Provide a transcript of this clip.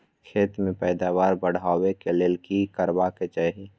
खेत के पैदावार बढाबै के लेल की करबा के चाही?